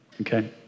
okay